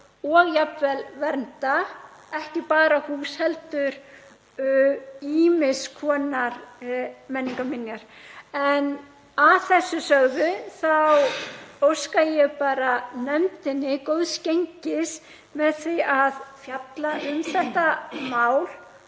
og jafnvel vernda, ekki bara hús heldur ýmiss konar menningarminjar. Að þessu sögðu þá óska ég nefndinni góðs gengis í því að fjalla um þetta mál.